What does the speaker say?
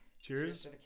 Cheers